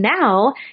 now